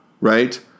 right